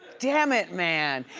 damn it, man.